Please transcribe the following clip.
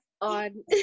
on